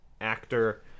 actor